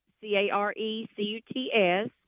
C-A-R-E-C-U-T-S